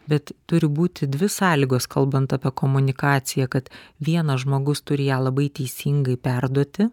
bet turi būti dvi sąlygos kalbant apie komunikaciją kad vienas žmogus turi ją labai teisingai perduoti